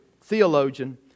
theologian